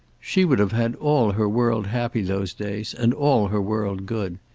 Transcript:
she would have had all her world happy those days, and all her world good.